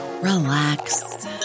relax